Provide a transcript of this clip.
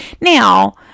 Now